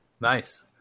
Nice